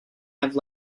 have